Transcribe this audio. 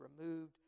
removed